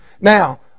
Now